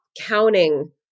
counting